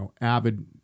avid